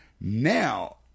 Now